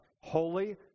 holy